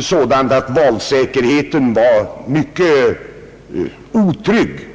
sådant att valsäkerheten var mycket otrygg.